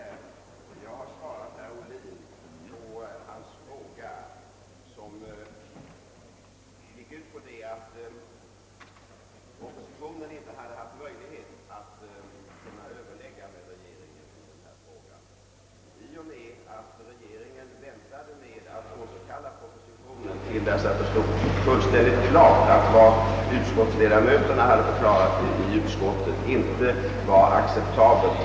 Herr talman! Jag tror inte att det finns någon motsättning mellan statsministern och mig. Jag har svarat herr Ohlin på hans fråga, varför oppositionen inte fått möjlighet att överlägga med regeringen.